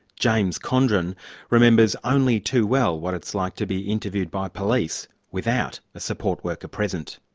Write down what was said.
james condren remembers only too well what it's like to be interviewed by police without a support worker present.